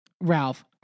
Ralph